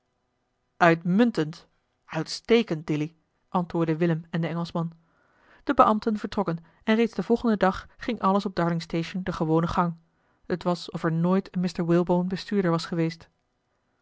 uitmuntend uitstekend dilly antwoordden willem en de engelschman de beambten vertrokken en reeds den volgenden dag ging alles op darling station den gewonen gang t was of er nooit een mr walebone bestuurder was geweest